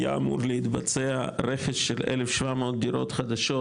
היה אמור להתבצע רכש של 1,700 דירות חדשות,